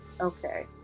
Okay